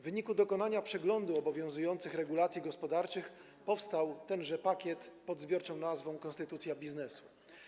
W wyniku dokonania przeglądu obowiązujących regulacji gospodarczych powstał tenże pakiet ustaw pod zbiorczą nazwą: konstytucja biznesu.